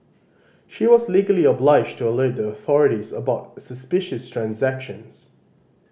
she was legally obliged to alert the authorities about suspicious transactions